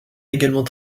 également